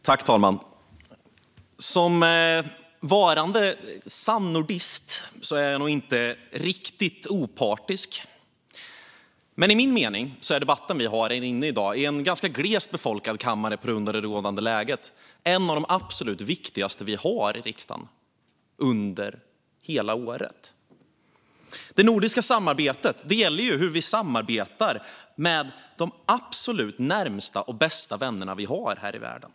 Herr talman! Som varande sann nordist är jag nog inte riktigt opartisk. Men enligt min mening är debatten vi nu har - på grund av det rådande läget i en ganska glest befolkad kammare - en av de absolut viktigaste vi har i riksdagen under hela året. Det nordiska samarbetet gäller hur vi samarbetar med de absolut närmaste och bästa vänner vi har här i världen.